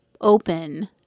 open